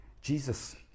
Jesus